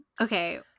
Okay